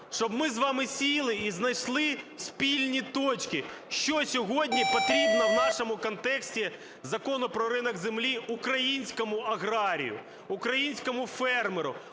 щоб ми з вами сіли і знайшли спільні точки, що сьогодні потрібно в нашому контексті Закону про ринок землі українському аграрію, українському фермеру,